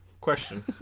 Question